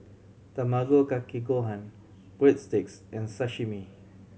Tamago Kake Gohan Breadsticks and Sashimi